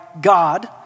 God